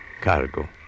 cargo